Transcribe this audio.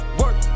work